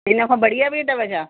इनखां बढ़िया बि अथव छा